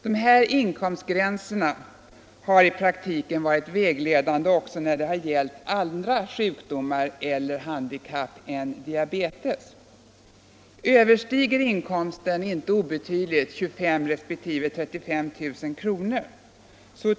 Dessa inkomstgränser har i praktiken varit vägledande också när det gällt andra sjukdomar eller handikapp än diabetes. Överstiger inkomsten inte obetydligt 25 000 resp. 35 000 kr.